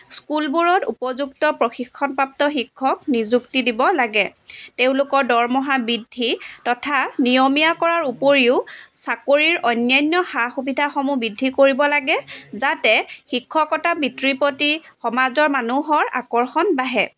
স্কুলবোৰত উপযুক্ত প্ৰশিক্ষণপ্ৰাপ্ত শিক্ষক নিযুক্তি দিব লাগে তেওঁলোকৰ দৰমহা বৃদ্ধি তথা নিয়মীয়া কৰাৰ উপৰিও চাকৰিৰ অন্যান্য সা সুবিধাসমূহ বৃদ্ধি কৰিব লাগে যাতে শিক্ষকতা বৃত্তিৰ প্ৰতি সমাজৰ মানুহৰ আকৰ্ষণ বাঢ়ে